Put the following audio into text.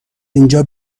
اینجا